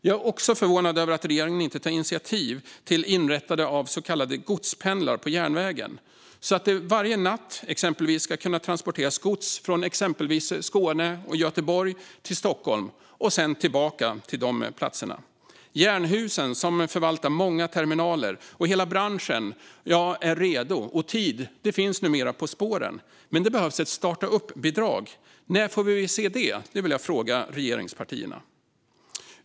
Jag är också förvånad över att regeringen inte tar initiativ till inrättande av så kallade godspendlar på järnvägen så att det varje natt ska kunna transporteras gods från exempelvis Skåne och Göteborg till Stockholm och sedan tillbaka till de platserna. Jernhusen, som förvaltar många terminaler, och hela branschen är redo. Tid på spåren finns numera, men det behövs ett starta upp-bidrag. När får vi se det? Det vill jag fråga regeringspartierna.